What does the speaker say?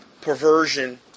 perversion